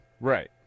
Right